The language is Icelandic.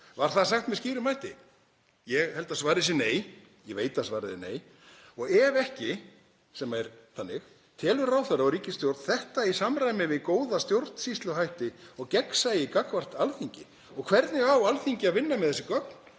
Var það sagt með skýrum hætti? Ég held að svarið sé nei. Ég veit að svarið er nei. Og ef ekki, sem er þannig, telur ráðherra og ríkisstjórn þetta í samræmi við góða stjórnsýsluhætti og gegnsæi gagnvart Alþingi? Og hvernig á Alþingi að vinna með þessi gögn?